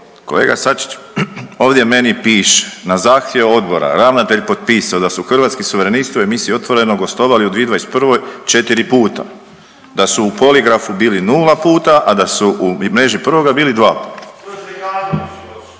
Kolega Sačić ovdje meni piše na zahtjev odbora ravnatelj potpisao da su Hrvatski suvernisti u emisiji Otvoreno gostovali u 2021. četiri puta, da su u Poligrafu bili nula puta, a da su Mreži prvoga bili dva